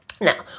Now